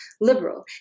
liberal